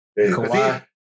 Kawhi